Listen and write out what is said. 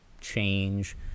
change